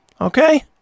Okay